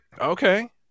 Okay